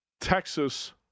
Texas